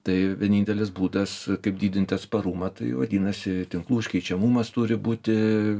tai vienintelis būdas kaip didinti atsparumą tai vadinasi tinklų užkeičiamumas turi būti